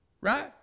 Right